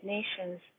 Nations